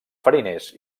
fariners